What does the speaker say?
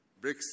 BRICS